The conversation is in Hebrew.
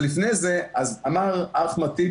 אבל לפני זה אמר אחמד טיבי